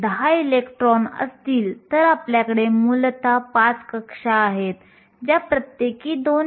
अभिव्यक्ती τe वर me होती फक्त अटींची पुनर्रचना केल्याने आपल्याला τe मिळते